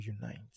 unite